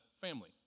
Family